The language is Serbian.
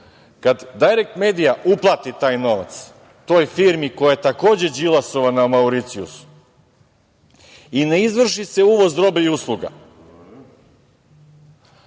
Kada Dajrekt medija uplati taj novac toj firmi koja je takođe Đilasova na Mauricijusu i ne izvrši se uvoz robe i usluga